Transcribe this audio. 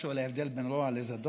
משהו על ההבדל בין רוע לזדון?